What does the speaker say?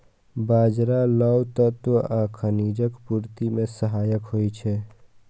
बाजरा लौह तत्व आ खनिजक पूर्ति मे सहायक होइ छै